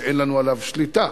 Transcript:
שאין לנו עליו שליטה.